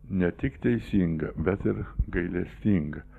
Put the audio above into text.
ne tik teisinga bet ir gailestinga